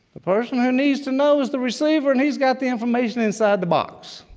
the person who needs to know is the receiver and he's got the information inside the box.